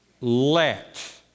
let